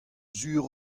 sur